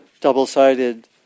double-sided